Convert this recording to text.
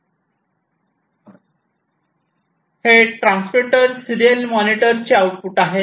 हे transmitter serial मॉनिटरचे output आहे